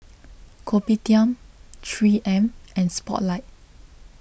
Kopitiam three M and Spotlight